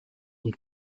und